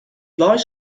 lies